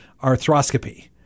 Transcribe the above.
arthroscopy